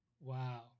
Wow